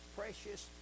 precious